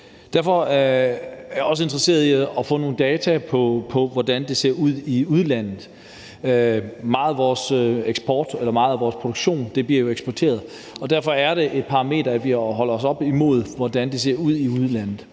Derfor er jeg også interesseret i at få nogle data på, hvordan det ser ud i udlandet. Meget af vores produktion bliver jo eksporteret, og derfor er det et parameter, at vi holder det op imod, hvordan det ser ud i udlandet.